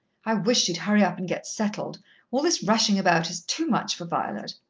i wish she'd hurry up and get settled all this rushing about is too much for violet.